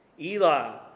Eli